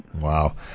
Wow